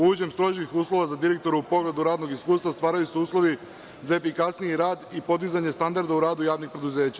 Uvođenjem strožijih uslova za direktore u pogledu radnog iskustva stvaraju se uslovi za efikasniji rad i podizanje standarda u radu javnih preduzeća.